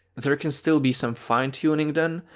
there can still be some fine-tuning done.